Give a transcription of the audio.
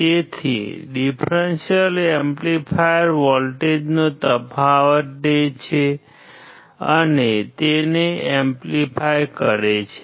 તેથી differential amplifier વોલ્ટેજનો તફાવત લે છે અને તેને એમ્પ્લીફાય કરે છે